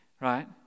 Right